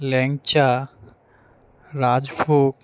ল্যাংচা rajbhog